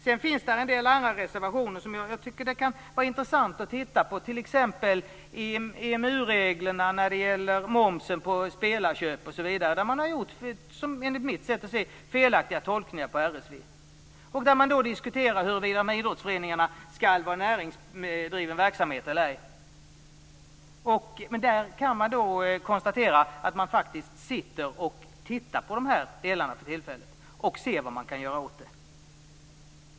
Det finns en del andra reservationer. Det kan vara intressant att titta på EMU-reglerna för momsen på spelarköp osv. Enligt mitt sätt att se har RSV gjort felaktiga tolkningar. Man diskuterar huruvida idrottsföreningarna driver näringsverksamhet eller ej. Men man ser för tillfället över dessa frågor.